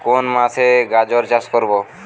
কোন মাসে গাজর চাষ করব?